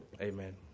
Amen